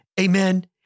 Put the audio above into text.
Amen